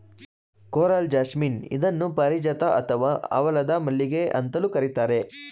coral jasmine ಇದನ್ನು ಪಾರಿಜಾತ ಅಥವಾ ಹವಳದ ಮಲ್ಲಿಗೆ ಅಂತಲೂ ಕರಿತಾರೆ